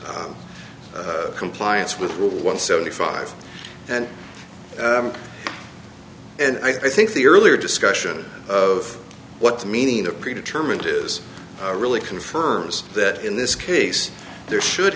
compliance with the one seventy five and and i think the earlier discussion of what the meaning of pre determined is really confirms that in this case there should